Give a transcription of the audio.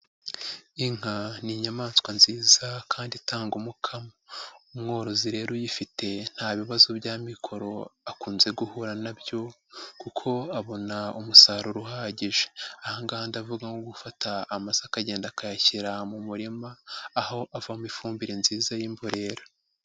Inka ni inyamaswa nziza kandi itanga umukamo, umworozi rero uyifite nta bibazo by'amikoro akunze guhura nabyo kuko abona umusaruro uhagije, aha ngaha ndavuga nko gufata amase akagenda akayashyira mu murima, aho avamo ifumbire nziza y'imborera.